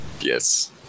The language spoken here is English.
Yes